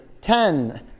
ten